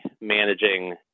managing